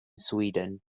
sweden